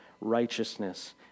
righteousness